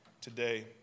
today